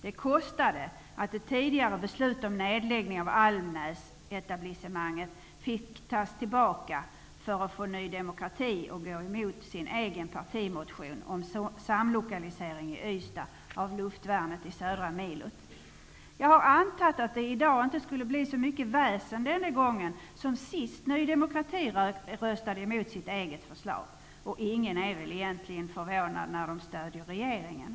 Det kostade att ta tillbaka ett tidigare beslut om nedläggning av Almnäsetablissemanget för att få Ny demokrati att gå emot sin egen partimotion om samlokalisering i Jag hade antagit att det inte skulle bli så mycket väsen denna gång som sist Ny demokrati röstade emot sitt eget förslag. Ingen är väl egentligen förvånad när Ny demokrati stödjer regeringen.